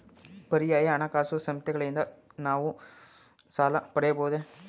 ಪರ್ಯಾಯ ಹಣಕಾಸು ಸಂಸ್ಥೆಗಳಿಂದ ನಾವು ಸಾಲ ಪಡೆಯಬಹುದೇ?